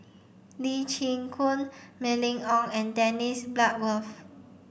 Lee Chin Koon Mylene Ong and Dennis Bloodworth